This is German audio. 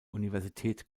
universität